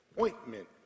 ointment